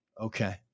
Okay